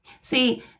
See